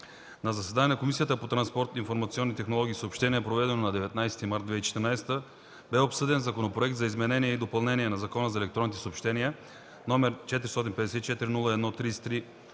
На заседание на Комисията по транспорт, информационни технологии и съобщения, проведено на 19 март 2014 г., бе обсъден Законопроект за изменение и допълнение на Закона за електронните съобщения № 454-01-33,